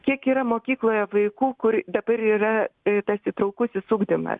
kiek yra mokykloje vaikų kur dabar yra tas įtraukusis ugdymas